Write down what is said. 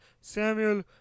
Samuel